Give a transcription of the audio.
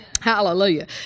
Hallelujah